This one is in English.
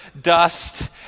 dust